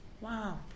Wow